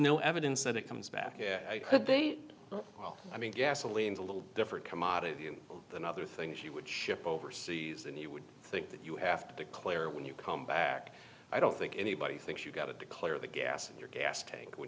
no evidence that it comes back but they well i mean gasoline is a little different commodity than other things you would ship overseas and you would think that you have to declare when you come back i don't think anybody thinks you've got to declare the gas in your gas tank when